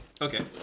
Okay